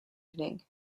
evening